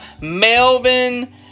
Melvin